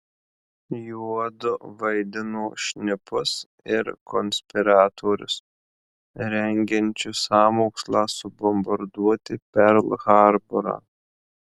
juodu vaidino šnipus ir konspiratorius rengiančius sąmokslą subombarduoti perl harborą